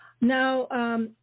Now